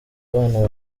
abana